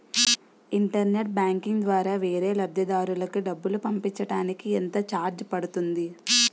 Internet banking ద్వారా వేరే లబ్ధిదారులకు డబ్బులు పంపించటానికి ఎంత ఛార్జ్ పడుతుంది?